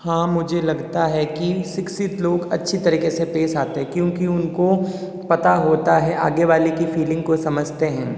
हाँ मुझे लगता है कि शिक्षित लोग अच्छी तरीके से पेश आते हैं क्योंकि उनको पता होता है आगे वाले की फ़ीलिंग को समझते हैं